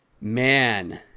man